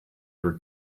were